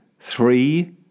three